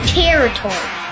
territory